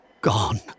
gone